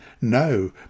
No